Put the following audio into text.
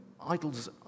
idols